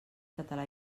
català